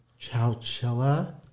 Chowchilla